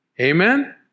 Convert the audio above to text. Amen